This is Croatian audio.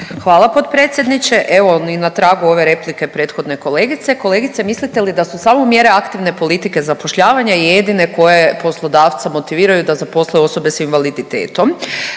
Hvala potpredsjedniče, evo i na tragu ove replike prethodne kolegice. Kolegice, mislite li da su samo mjere aktivne politike zapošljavanja jedine koje poslodavca motiviraju da zaposle osobe s invaliditetom?